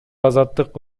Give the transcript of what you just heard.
азаттык